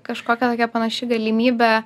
kažkokia tokia panaši galimybė